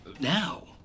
Now